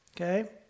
Okay